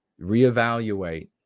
reevaluate